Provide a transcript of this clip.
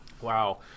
Wow